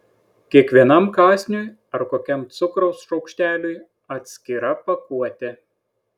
kiekvienam kąsniui ar kokiam cukraus šaukšteliui atskira pakuotė